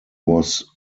was